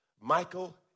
Michael